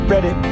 Ready